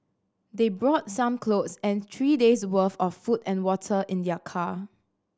they brought some clothes and three days' worth of food and water in their car